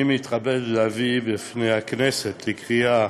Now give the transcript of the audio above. אני מתכבד להביא בפני הכנסת לקריאה